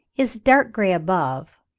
is dark-grey above,